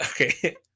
Okay